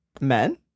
Men